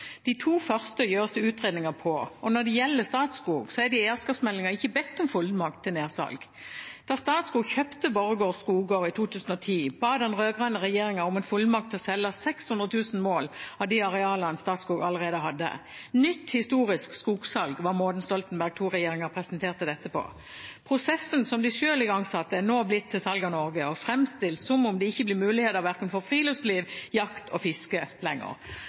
De to første gjøres det utredninger på, og når det gjelder Statskog, er det i eierskapsmeldingen ikke bedt om fullmakt til nedsalg. Da Statskog kjøpte Borregaard Skoger i 2010, ba den rød-grønne regjeringen om en fullmakt til å selge 600 000 mål av de arealene Statskog allerede hadde. «Nytt historisk skogsalg» var måten Stoltenberg II-regjeringen presenterte dette på. Prosessen som de selv igangsatte, er nå blitt til «salg av Norge» og framstilles som om det ikke blir muligheter for verken friluftsliv, jakt eller fiske lenger.